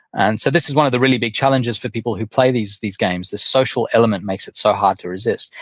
and so this is one of the really big challenges for people who play these these games. this social element makes it so hard to resist.